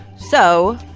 so.